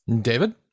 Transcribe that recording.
David